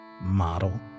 model